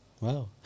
Wow